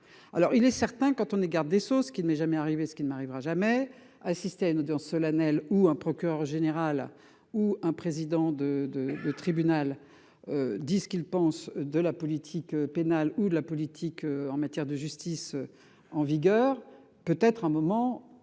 Alors il est certain quand on est garde des Sceaux. Ce qui ne m'est jamais arrivé. Ce qui ne m'arrivera jamais assisté à une audience solennelle ou un procureur général ou un président de de de tribunal. Dit ce qu'il pense de la politique pénale ou de la politique en matière de justice en vigueur, peut être un moment